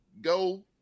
go